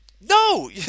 no